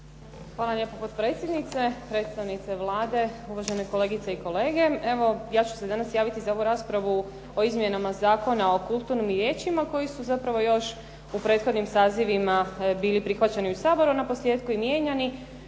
Hvala lijepo, potpredsjednice. Predstavnice Vlade, uvažene kolegice i kolege. Evo, ja ću se danas javiti za ovu raspravu o izmjenama Zakona o kulturnim vijećima koji su zapravo još u prethodnim sazivima bili prihvaćeni u Saboru, a naposljetku i mijenjani